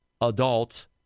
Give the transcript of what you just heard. adults